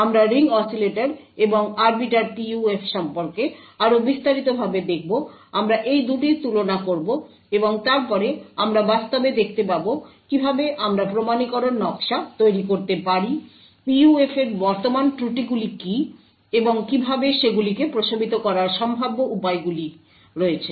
আমরা ring oscillator এবং arbiter PUF সম্পর্কে আরও বিস্তারিতভাবে দেখব আমরা এই 2টির তুলনা করব এবং তারপরে আমরা বাস্তবে দেখতে পাব কীভাবে আমরা প্রমাণীকরণ নকশা তৈরি করতে পারি PUF এর বর্তমান ত্রুটিগুলি কী এবং কীভাবে সেগুলিকে প্রশমিত করার সম্ভাব্য উপায়গুলি কি